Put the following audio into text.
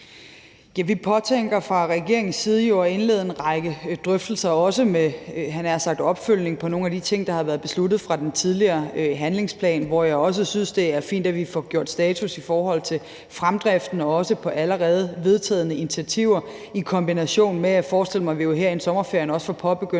Vi påtænker jo fra regeringens side at indlede en række drøftelser, hvor der også bliver fulgt op på nogle af de ting fra den tidligere handlingsplan, der er blevet besluttet. Jeg synes, det er fint, at vi får gjort status på fremdriften og også på allerede vedtagne initiativer. I kombination med det forestiller jeg mig at vi her inden sommerferien også får påbegyndt